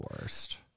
worst